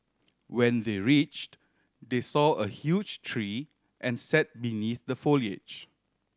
when they reached they saw a huge tree and sat beneath the foliage